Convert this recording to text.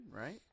right